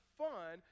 fun